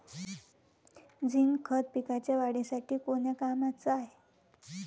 Zinc खत पिकाच्या वाढीसाठी कोन्या कामाचं हाये?